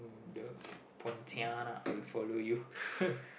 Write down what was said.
the pontianak will follow you